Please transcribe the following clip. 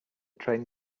train